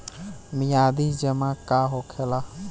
मियादी जमा का होखेला?